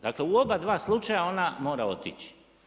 Dakle u oba dva slučaja ona mora otići.